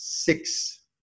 six